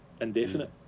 indefinite